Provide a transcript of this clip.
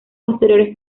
posteriores